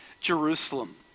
Jerusalem